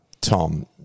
Tom